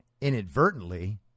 inadvertently